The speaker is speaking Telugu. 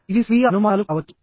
ఇది స్వీయ అనుమానాలు కావచ్చు